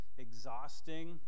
exhausting